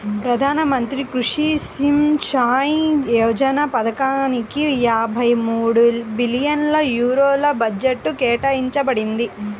ప్రధాన మంత్రి కృషి సించాయ్ యోజన పథకానిక యాభై మూడు బిలియన్ యూరోల బడ్జెట్ కేటాయించబడింది